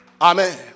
amen